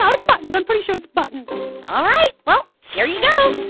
um it's buttons. i'm pretty sure it's buttons all right. well, here you go.